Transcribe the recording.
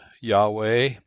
Yahweh